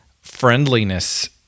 friendliness